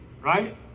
right